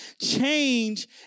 Change